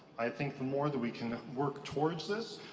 i think the more that we can work towards this,